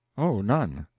oh, none.